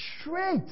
straight